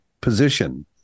position